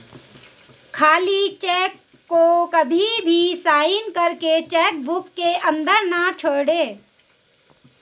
खाली चेक को कभी भी साइन करके चेक बुक के अंदर न छोड़े